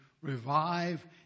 revive